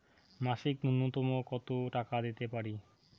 মাসিক নূন্যতম কত টাকা দিতে পারি?